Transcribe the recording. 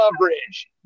coverage